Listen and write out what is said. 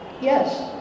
Yes